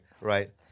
Right